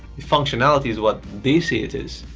the functionality is what they see it is!